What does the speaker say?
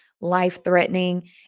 Life-threatening